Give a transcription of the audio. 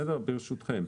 ברשותכם,